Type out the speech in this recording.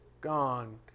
gone